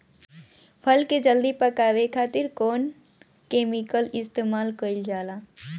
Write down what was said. फल के जल्दी पकावे खातिर कौन केमिकल इस्तेमाल कईल जाला?